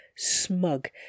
smug